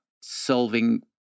solving